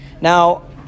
Now